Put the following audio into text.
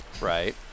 Right